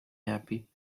happy